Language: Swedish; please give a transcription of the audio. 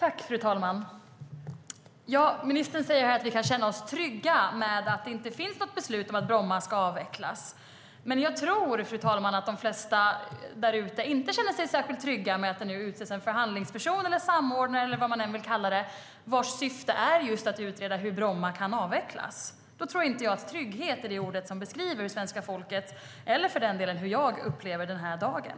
Fru talman! Ministern säger här att vi kan känna oss trygga med att det inte finns något beslut om att Bromma flygplats ska avvecklas. Men jag tror att de flesta där ute inte känner sig särskilt trygga med att det nu utses en förhandlingsperson, samordnare eller vad man än vill kalla denna person vars syfte är just att utreda hur Bromma flygplats kan avvecklas. Då tror jag inte att trygghet är det ord som beskriver hur svenska folket upplever, eller för den delen hur jag upplever, den här dagen.